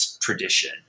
tradition